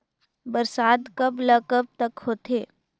बरसात कब ल कब तक होथे?